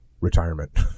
retirement